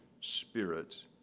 spirit